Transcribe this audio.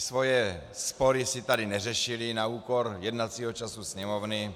Své spory si tady neřešili na úkor jednacího času Sněmovny.